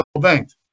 banked